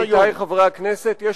חבר הכנסת חסון, ענית לו.